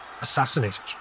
assassinated